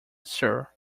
sir